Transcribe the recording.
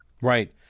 Right